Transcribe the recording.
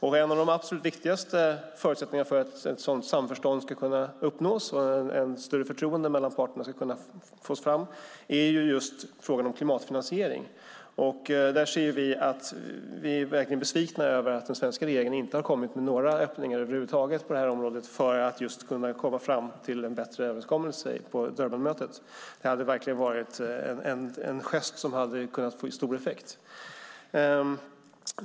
En av de absolut viktigaste förutsättningarna för att ett sådant samförstånd ska kunna uppnås och att det ska kunna bli ett större förtroende mellan parterna handlar just om frågan om klimatfinansiering. Vi är verkligen besvikna över att den svenska regeringen inte har kommit med några öppningar över huvud taget på det här området för att komma fram till en bättre överenskommelse på Durbanmötet. Det hade varit en gest som hade kunnat få stor effekt.